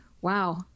Wow